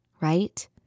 right